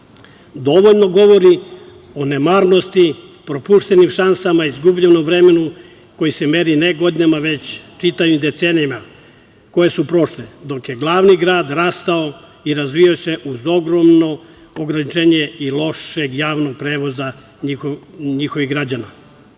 dovoljno govori o nemarnosti, propuštenim šansama i izgubljenom vremenu koji se meri ne godinama, već čitavim decenijama koje su prošle, dok je glavni grad rastao i razvijao se uz ogromno ograničenje i lošeg javnog prevoza njihovih građana. Vlada